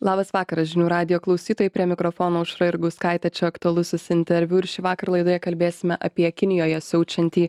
labas vakaras žinių radijo klausytojai prie mikrofono aušra jurgauskaitė čia aktualusis interviu ir šįvakar laidoje kalbėsime apie kinijoje siaučiantį